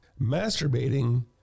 masturbating